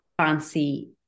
fancy